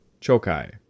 Chokai